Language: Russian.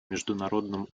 международном